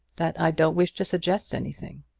that i don't wish to suggest anything.